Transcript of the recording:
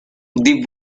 the